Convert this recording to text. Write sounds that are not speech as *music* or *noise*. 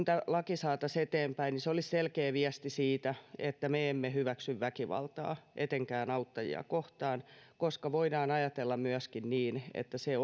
*unintelligible* tämä laki saataisiin eteenpäin olisi selkeä viesti siitä että me emme hyväksy väkivaltaa etenkään auttajia kohtaan koska voidaan ajatella myöskin niin että se *unintelligible*